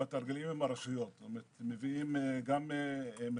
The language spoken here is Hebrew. מתרגלים את זה גם בתרגילים עם הרשויות.